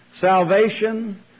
salvation